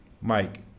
Mike